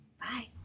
bye